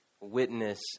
Witness